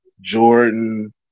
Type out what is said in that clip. Jordan